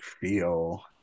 feel